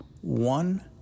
one